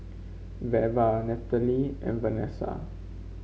Veva Natalee and Vanessa